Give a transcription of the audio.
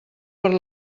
per